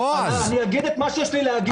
ואני אגיד את מה שיש לי להגיד.